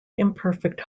imperfect